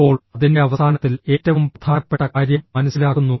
ഇപ്പോൾ അതിന്റെ അവസാനത്തിൽ ഏറ്റവും പ്രധാനപ്പെട്ട കാര്യം മനസ്സിലാക്കുന്നു